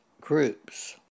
groups